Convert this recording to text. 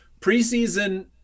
Preseason